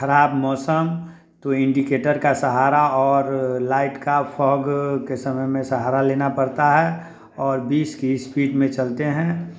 ख़राब मौसम तो इंडिकेटर का सहारा और लाइट का फोग के समय में सहारा लेना पड़ता है और बीस की स्पीड में चलते हैं